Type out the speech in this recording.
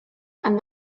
and